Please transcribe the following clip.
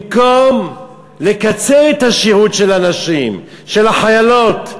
במקום לקצר את השירות של הנשים, של החיילות,